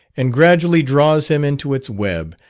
and gradually draws him into its web,